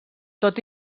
tot